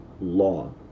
law